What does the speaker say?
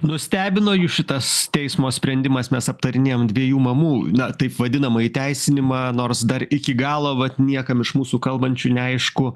nustebino jus šitas teismo sprendimas mes aptarinėjam dviejų mamų na taip vadinamą įteisinimą nors dar iki galo vat niekam iš mūsų kalbančių neaišku